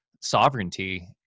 sovereignty